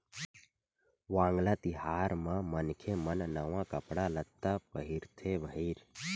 वांगला तिहार म मनखे मन नवा कपड़ा लत्ता पहिरथे भईर